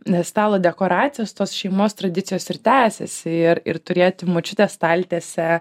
nes stalo dekoracijos tos šeimos tradicijos ir tęsiasi ir ir turėti močiutės staltiesę